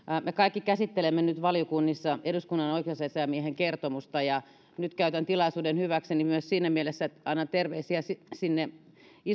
me kaikki käsittelemme nyt valiokunnissa eduskunnan oikeusasiamiehen kertomusta ja nyt käytän tilaisuuden hyväkseni myös siinä mielessä että annan terveisiä sinne